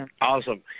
Awesome